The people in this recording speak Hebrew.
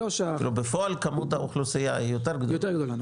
בפועל כמות האוכלוסייה היא יותר גדולה.